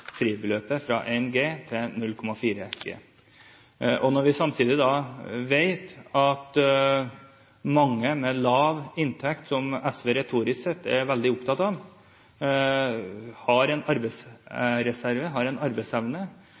mange med lav inntekt, som SV retorisk sett er veldig opptatt av, har en arbeidsreserve – har en arbeidsevne